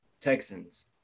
Texans